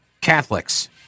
Catholics